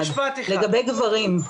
לגבי גברים.